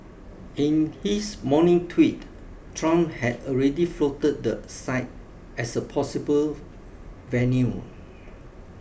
in his morning tweet Trump had already floated the site as a possible venue